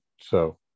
So-